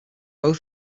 both